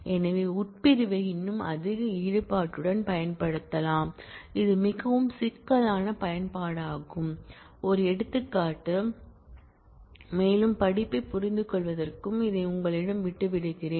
எனவே உட்பிரிவை இன்னும் அதிக ஈடுபாட்டுடன் பயன்படுத்தலாம் இது மிகவும் சிக்கலான பயன்பாடாகும் ஒரு எடுத்துக்காட்டு மேலும் படிப்பைப் புரிந்துகொள்வதற்கும் இதை உங்களிடம் விட்டு விடுகிறேன்